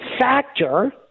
factor